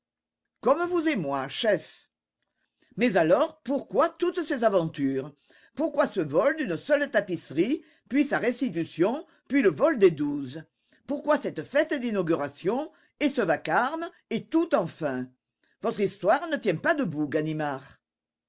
comme vous et moi chef mais alors pourquoi toutes ces aventures pourquoi ce vol d'une seule tapisserie puis sa restitution puis le vol des douze pourquoi cette fête d'inauguration et ce vacarme et tout enfin votre histoire ne tient pas debout ganimard